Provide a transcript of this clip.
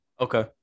Okay